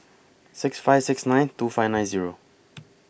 six five six nine two five nine Zero